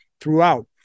throughout